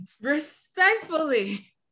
Respectfully